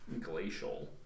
glacial